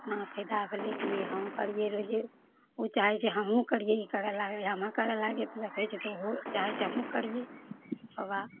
इतना फायदा भेलै कि हम करियै रोजे ओ चाहै छै हमहुँ करियै ई करऽ लागलै हमे करऽ लागलियै तऽ देखै छै तऽ ओहो चाहै छै हमहुँ करियै योगा